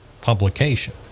publication